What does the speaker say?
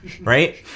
right